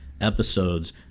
episodes